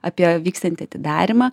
apie vyksiantį atidarymą